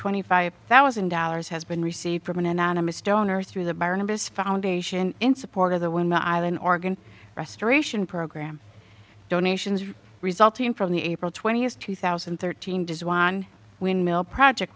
twenty five thousand dollars has been received from an anonymous donor through the barnabas foundation in support of the women eileen organ restoration program donations resulting from the april twentieth two thousand and thirteen does one windmill project